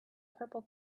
purple